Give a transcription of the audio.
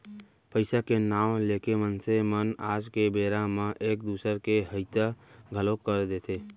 पइसा के नांव लेके मनसे मन आज के बेरा म एक दूसर के हइता घलौ कर देथे